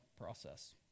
process